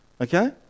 okay